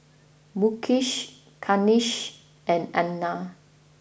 Mukesh Kanshi and Anand